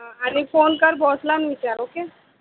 हां आणि फोन कर बॉसला आणि विचार ओके